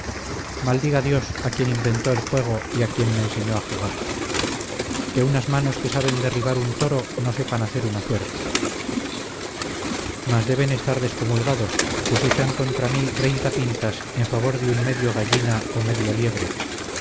maldiga dios a quien inventó el juego y a quien me enseñó a jugar que unas manos que saben derribar un toro no sepan hacer una suerte mas deben estar descomulgadas pues echan contra mí treinta pintas en favor de un medio gallina o medio liebre